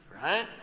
right